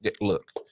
look